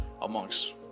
Amongst